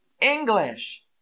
English